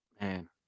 Man